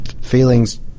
feelings